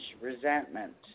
resentment